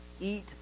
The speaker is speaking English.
eat